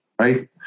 right